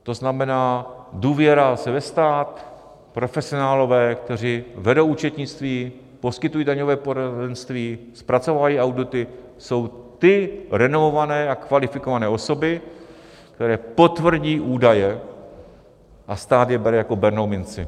To znamená, důvěra ve stát, profesionálové, kteří vedou účetnictví, poskytují daňové poradenství, zpracovávají audity, jsou ty renomované a kvalifikované osoby, které potvrdí údaje a stát je bere jako bernou minci.